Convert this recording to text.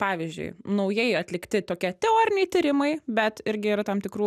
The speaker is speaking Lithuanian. pavyzdžiui naujai atlikti tokie teoriniai tyrimai bet irgi yra tam tikrų